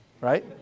right